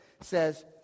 says